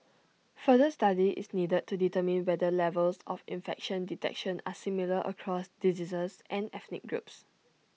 further study is needed to determine whether levels of infection detection are similar across diseases and ethnic groups